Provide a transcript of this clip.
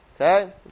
Okay